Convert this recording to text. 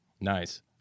nice